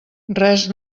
res